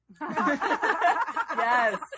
yes